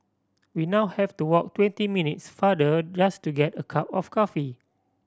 we now have to walk twenty minutes farther just to get a cup of coffee